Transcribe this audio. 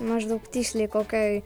maždaug tiksliai kokioj